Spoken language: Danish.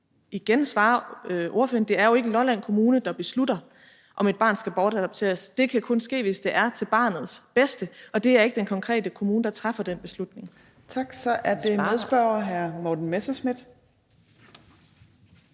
igen svare spørgeren, at det jo ikke er Lolland Kommune, der beslutter, om et barn skal bortadopteres. Det kan kun ske, hvis det er til barnets bedste, og det er ikke den konkrete kommune, der træffer den beslutning. Kl. 15:39 Fjerde næstformand (Trine